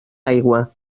aigua